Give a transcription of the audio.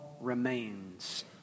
remains